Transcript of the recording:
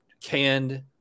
canned